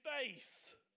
space